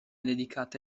dedicata